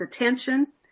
attention